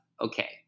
okay